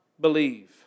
believe